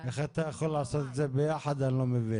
איך אתה יכול לעשות את זה ביחד, אני לא מבין.